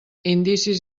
indicis